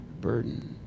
burden